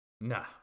Nah